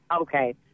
Okay